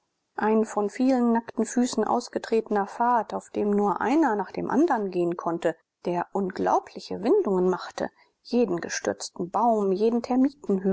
ein von vielen nackten füßen ausgetretener pfad auf dem nur einer nach dem andern gehen konnte der unglaubliche windungen machte jeden gestürzten baum jeden